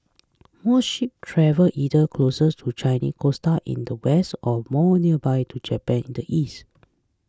most ships travel either closer to the Chinese coast in the west or more nearby to Japan in the east